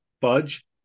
Fudge